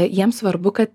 jiems svarbu kad